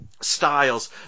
styles